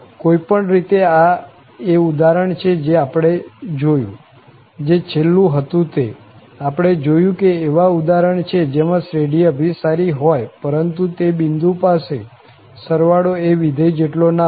કોઈ પણ રીતે આ એ ઉદાહરણ છે જે આપણે જોયું જે છેલ્લું હતું તે આપણે જોયું કે એવા ઉદાહરણ છે જેમાં શ્રેઢી અભિસારી હોય પરંતુ તે બિંદુ પાસે સરવાળો એ વિધેય જેટલો ના હોય